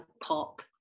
pop